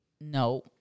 No